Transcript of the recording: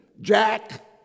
Jack